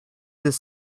this